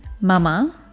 mama